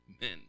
men